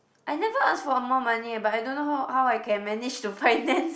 I never ask for more money but I don't know how how I can manage to finance